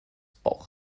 bauch